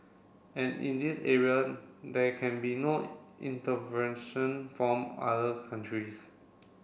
and in this area there can be no intervention from other countries